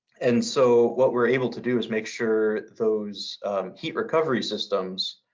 and so, what we're able to do is make sure those heat recovery systems,